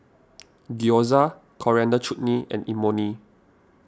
Gyoza Coriander Chutney and Imoni